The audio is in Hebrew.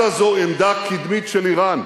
עזה זו עמדה קדמית של אירן.